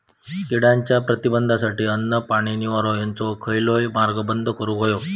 किड्यांच्या प्रतिबंधासाठी अन्न, पाणी, निवारो हेंचो खयलोय मार्ग बंद करुक होयो